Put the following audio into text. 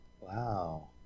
Wow